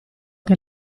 che